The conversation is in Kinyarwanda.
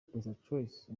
pesachoice